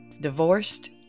Divorced